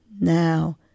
Now